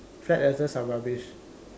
flat earthers are rubbish